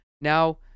Now